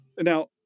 Now